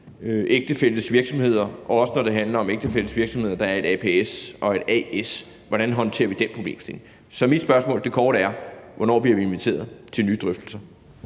ægtefællers virksomheder, også når det handler om ægtefællers virksomheder, der er et aps eller et a/s. Hvordan håndterer vi den problemstilling? Så mit spørgsmålet er i korthed: Hvornår bliver vi inviteret til nye drøftelser?